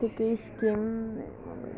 ठिकै केम